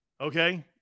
Okay